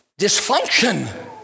dysfunction